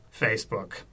Facebook